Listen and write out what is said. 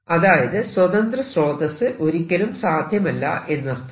അതായത് സ്വതന്ത്ര സ്രോതസ്സ് ഒരിക്കലും സാധ്യമല്ല എന്നർത്ഥം